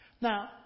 Now